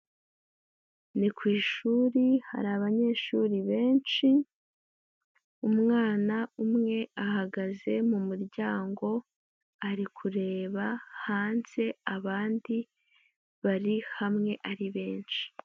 Ni ku ishuri hari abanyeshuri benshi, umwana umwe ahagaze mu muryango ari kureba hanze, abandi bari hamwe ari benshi.